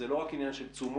זה לא רק עניין של תשומות,